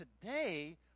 today